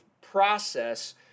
process